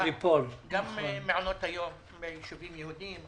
גם מעונות היום ביישובים יהודים,